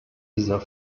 dieser